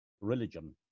religion